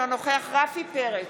אינו נוכח רפי פרץ,